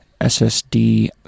SSD